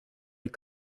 les